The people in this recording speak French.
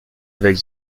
avec